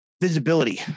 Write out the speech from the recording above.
visibility